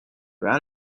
ran